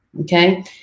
okay